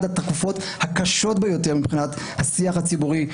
התקופות הקשות ביותר מבחינת השיח הציבורי,